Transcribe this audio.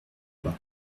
pas